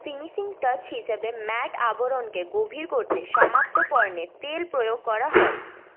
finishing touch হিসাবে matte আবরণকে গভীর করতে সমাপ্ত পণ্যে তেল প্রয়োগ করা হয়